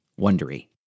Wondery